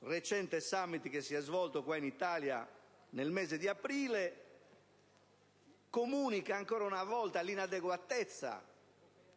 recente *summit* che si è svolto in Italia nel mese di aprile, esprime ancora una volta l'inadeguatezza